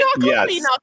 yes